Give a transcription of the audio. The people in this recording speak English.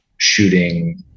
shooting